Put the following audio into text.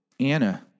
Anna